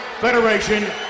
Federation